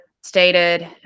stated